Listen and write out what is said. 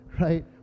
right